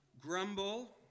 grumble